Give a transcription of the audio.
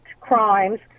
crimes